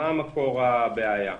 מה מקור הבעיה?